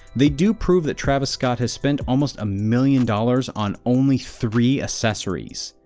they do prove that travis scott has spent almost a million dollars on only three accessories,